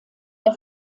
der